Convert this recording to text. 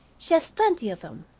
she has plenty of them.